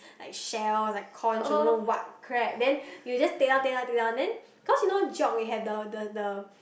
like shells like conchs or don't know what crap then you just take down take down take down then cause you know Geog we have the the the